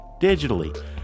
digitally